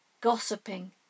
gossiping